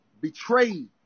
betrayed